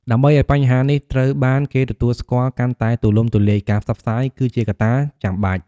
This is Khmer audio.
ដើម្បីឱ្យបញ្ហានេះត្រូវបានគេទទួលស្គាល់កាន់តែទូលំទូលាយ ការផ្សព្វផ្សាយ គឺជាកត្តាចាំបាច់។